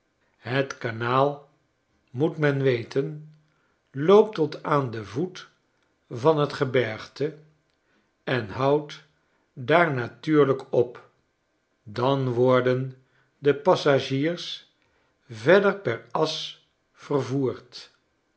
het kanaal moet men weten loopt tot aan den voet van t gebergte en houdt daar natuurlijk op dan worden de passagiers verder per as vervoerd